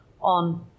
on